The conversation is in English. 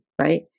right